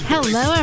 Hello